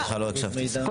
לא הקשבתי, סליחה.